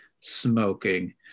smoking